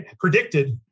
predicted